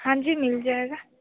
हाँ जी मिल जाएगा